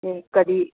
ते कधी